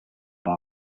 from